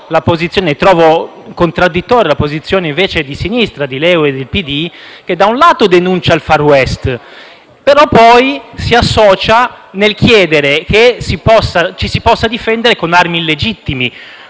trovo contraddittoria la posizione di sinistra, di LEU e del PD, che da un lato denunciano il *far west* e poi si associano nel chiedere che ci si possa difendere con armi illegittime.